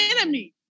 enemy